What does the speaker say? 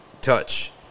touch